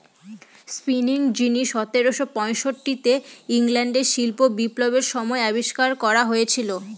spinning jenny সতেরোশো পয়ষট্টিতে ইংল্যান্ডে শিল্প বিপ্লবের সময় আবিষ্কার করা হয়েছিল